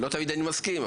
לא תמיד אני מסכים.